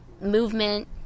movement